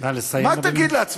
נא לסיים, אדוני.